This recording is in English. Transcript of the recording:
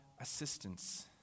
assistance